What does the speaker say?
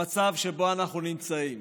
המצב שבו אנחנו נמצאים,